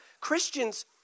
Christians